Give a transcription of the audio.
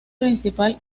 principal